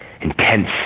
intense